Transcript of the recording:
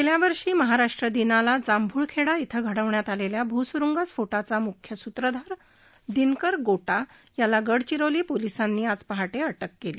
गेल्या वर्षी महाराष्ट्र दिनाला जांभूळखेडा इथं घडवण्यात आलेल्या भूसुरुंग स्फोटाचा मुख्य सुत्रधार दिनकर गोटा याला गडचिरोली पोलिसांनी आज पहाटे अटक केली